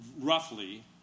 roughly